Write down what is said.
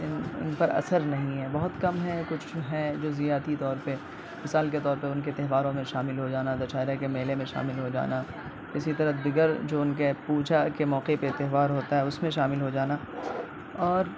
ان پر اثر نہیں ہے بہت کم ہیں کچھ ہیں جزیاتی طور پر مثال کے طور پر ان کے تہواروں میں شامل ہو جانا دسہرے کے میلے میں شامل ہو جانا اسی طرح دیگر جو ان کے پوچھا کے موقع پہ ان کا تہوار ہوتا ہے اس میں شامل ہو جانا اور